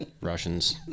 Russians